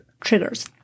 triggers